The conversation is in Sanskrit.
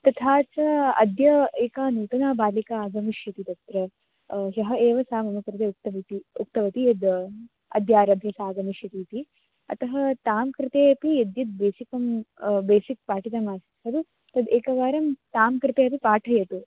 तथा च अद्य एका नूतना बालिका आगमिष्यति तत्र ह्यः एव सा मम कृते उक्तवती उक्तवती यद् अद्यारभ्य सा आगमिष्यतीति अतः तां कृते अपि यद्यद् बेसिक् बेसिक् पाठितमासीत् खलु तद् एकवारं तां कृते अपि पाठयतु